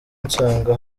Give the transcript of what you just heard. nsanga